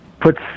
puts